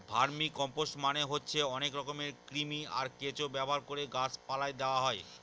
vermicompost মানে হচ্ছে অনেক রকমের কৃমি, আর কেঁচো ব্যবহার করে গাছ পালায় দেওয়া হয়